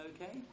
Okay